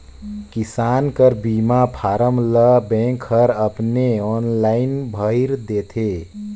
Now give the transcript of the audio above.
किसान कर बीमा फारम ल बेंक हर अपने आनलाईन भइर देथे